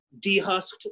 dehusked